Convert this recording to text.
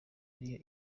ariyo